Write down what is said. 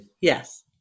Yes